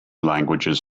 languages